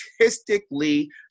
artistically